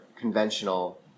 conventional